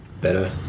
better